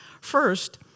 First